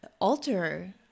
alter